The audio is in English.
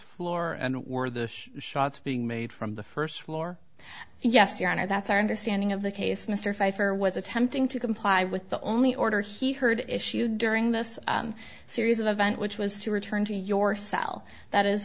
floor and were the shots being made from the first floor yes your honor that's our understanding of the case mr pfeifer was attempting to comply with the only order he heard issue during this series of event which was to return to your cell that is